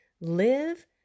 Live